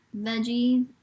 veggie